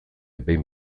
behin